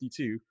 52